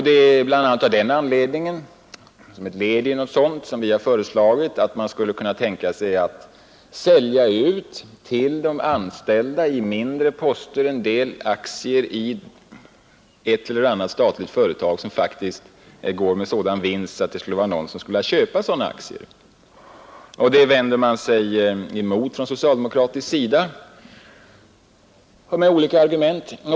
Det är bl.a. av den anledningen vi föreslagit att man skulle kunna tänka sig att till de anställda i mindre poster sälja ut en del aktier i ett eller annat statligt företag, som faktiskt går med sådan vinst att någon skulle vilja köpa aktierna. Detta vänder man sig emot från socialdemokratisk sida med olika argument.